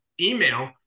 email